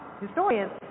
historians